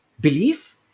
belief